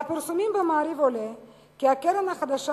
מהפרסומים ב"מעריב" עולה כי הקרן החדשה